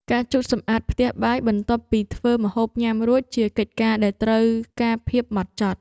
ការជូតសម្អាតផ្ទះបាយបន្ទាប់ពីធ្វើម្ហូបញ៉ាំរួច ជាកិច្ចការដែលត្រូវការភាពហ្មត់ចត់។